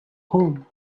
home